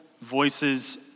voices